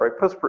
right